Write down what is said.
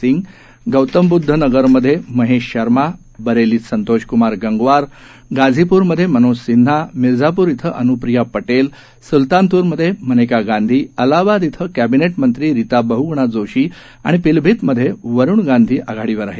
सिंग गौतमबुद्ध नगरमध्ये महेश शर्मा बरेलीत संतोषक्मार गंगवार गाझीप्रमध्ये मनोज सिन्हा मिर्झापूर इथं अन्प्रिया पोल सुलतानपूरमध्ये मनेका गांधी अलाहाबाद इथं कॅबिने मंत्री रिता बह्गुणा जोशी आणि पिलीभीतमध्ये वरुण गांधी आघाडीवर आहेत